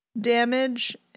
Damage